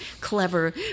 clever